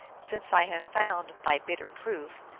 since i have found, by bitter proof,